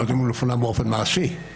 עד היום הוא מופנם באופן מעשי.